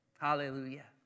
hallelujah